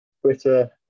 Twitter